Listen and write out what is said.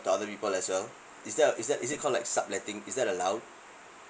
to other people as well is that a is that is it called like subletting is that allowed